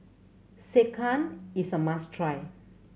sekihan is a must try